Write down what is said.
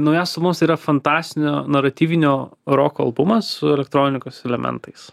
naujausias albumas tai yra fantastinio naratyvinio roko albumas su elektronikos elementais